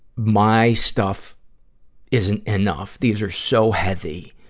my stuff isn't enough, these are so heavy,